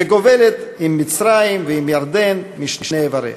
וגובלת עם מצרים ועם ירדן משני עבריה.